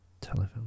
telephone